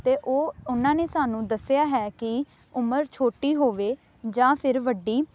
ਅਤੇ ਉਹ ਉਹਨਾਂ ਨੇ ਸਾਨੂੰ ਦੱਸਿਆ ਹੈ ਕਿ ਉਮਰ ਛੋਟੀ ਹੋਵੇ ਜਾਂ ਫਿਰ ਵੱਡੀ